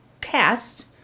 cast